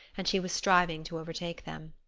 and she was striving to overtake them.